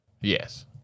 Yes